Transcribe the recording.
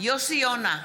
יוסי יונה,